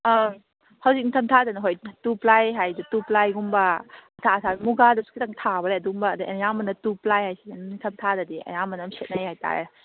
ꯑꯪ ꯍꯧꯖꯤꯛ ꯅꯤꯡꯊꯝ ꯊꯥꯗꯅ ꯍꯣꯏ ꯇꯨ ꯄ꯭ꯂꯥꯏ ꯍꯥꯏꯗꯤ ꯇꯨ ꯄ꯭ꯂꯥꯏꯒꯨꯝꯕ ꯑꯊꯥ ꯑꯊꯥꯕ ꯃꯨꯒꯥꯗꯁꯨ ꯈꯤꯇꯪ ꯊꯥꯕ ꯂꯩ ꯑꯗꯨꯒꯨꯝꯕ ꯑꯗꯩ ꯑꯌꯥꯝꯕꯅ ꯇꯨ ꯄ꯭ꯂꯥꯏ ꯍꯥꯏꯁꯤꯅ ꯑꯗꯨꯝ ꯅꯤꯡꯊꯝ ꯊꯥꯗꯗꯤ ꯑꯌꯥꯝꯕꯅ ꯑꯗꯨꯝ ꯁꯦꯠꯅꯩ ꯍꯥꯏꯇꯥꯔꯦ